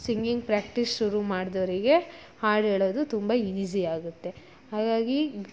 singing practice ಶುರು ಮಾಡ್ದೋವ್ರಿಗೆ ಹಾಡು ಹೇಳೋದು ತುಂಬ ಈಸಿಯಾಗುತ್ತೆ ಹಾಗಾಗಿ